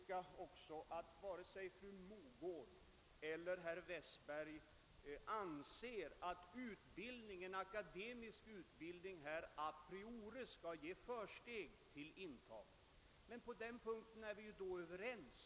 Jag noterar att varken fru Mogård eller herr Westberg i Ljusdal anser att akademisk utbildning generellt skall ge försteg till intagning. På den punkten är vi ju då överens.